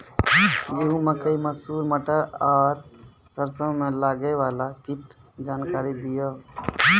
गेहूँ, मकई, मसूर, मटर आर सरसों मे लागै वाला कीटक जानकरी दियो?